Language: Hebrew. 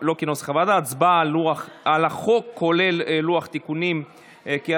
הצבעה על החוק, כולל לוח תיקונים של